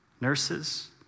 nurses